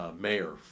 mayor